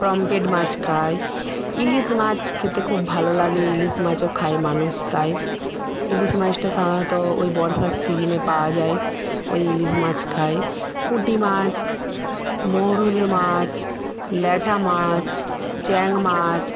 pomfret মাছ খায় ইলিশ মাছ খেতে খুব ভালো লাগে ইলিশ মাছও খায় মানুষ তাই ইলিশ মাছটা সাধারণত ওই বর্ষার সিজনে পাওয়া যায় ওই ইলিশ মাছ খায় পুঁটি মাছ মৌরলা মাছ ল্যাটা মাছ চ্যাং মাছ